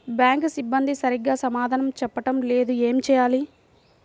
Bank సిబ్బంది సరిగ్గా సమాధానం చెప్పటం లేదు ఏం చెయ్యాలి?